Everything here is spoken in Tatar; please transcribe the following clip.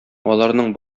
аларның